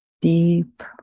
deep